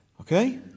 Okay